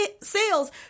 sales